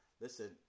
Listen